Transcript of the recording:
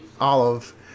Olive